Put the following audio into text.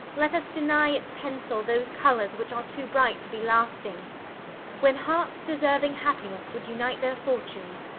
let us deny its pencil those colours which are too bright to be lasting when hearts deserving happiness would unite their fortunes,